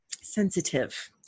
sensitive